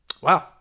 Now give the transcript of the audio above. wow